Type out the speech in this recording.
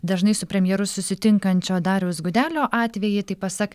dažnai su premjeru susitinkančio dariaus gudelio atvejį tai pasak